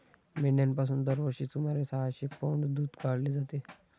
मेंढ्यांपासून दरवर्षी सुमारे सहाशे पौंड दूध काढले जाते